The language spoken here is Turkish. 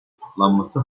tutuklanması